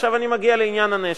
עכשיו אני מגיע לעניין הנשק.